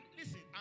listen